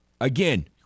again